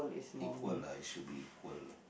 equal lah it should be equal